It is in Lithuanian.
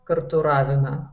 kartu ravime